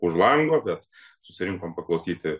už lango bet susirinkom paklausyti